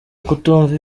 kutumva